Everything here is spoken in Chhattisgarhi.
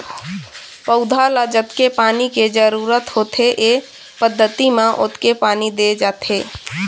पउधा ल जतके पानी के जरूरत होथे ए पद्यति म ओतके पानी दे जाथे